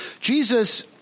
Jesus